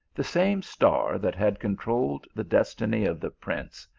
the same star that had controlled the destiny of the prince,